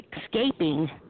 escaping